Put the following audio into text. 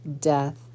death